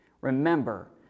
Remember